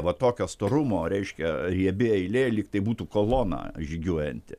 va tokio storumo reiškia riebi eilė lyg tai būtų kolona žygiuojanti